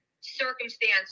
circumstance